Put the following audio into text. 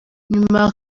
nyuma